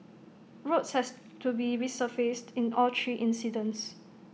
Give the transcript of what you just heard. roads has to be resurfaced in all three incidents